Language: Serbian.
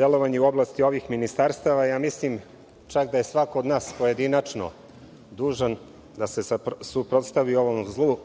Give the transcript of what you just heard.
delovanje u oblasti ovih ministarstava. Ja mislim čak da je svako od nas pojedinačno dužan da se suprostavi ovom zlu